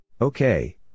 Okay